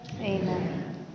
Amen